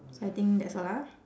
so I think that's all ah